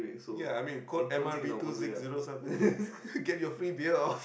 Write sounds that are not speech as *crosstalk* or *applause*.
ya I mean code M_R_B two six zero seven *laughs* get your free beer off